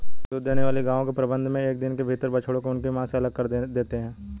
दूध देने वाली गायों के प्रबंधन मे एक दिन के भीतर बछड़ों को उनकी मां से अलग कर देते हैं